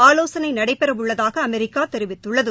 ஆலோசனை நடைபெறவுள்ளதாக அமெரிக்கா தெரிவித்துள்ளது